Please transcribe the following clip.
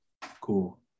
cool